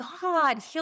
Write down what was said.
God